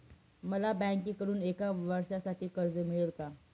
मला बँकेकडून एका वर्षासाठी कर्ज मिळेल का?